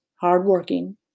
hard-working